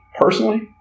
personally